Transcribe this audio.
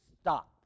stop